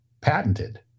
patented